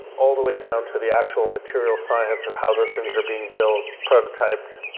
all the way down to the actual material science of how those things are being built, prototyped,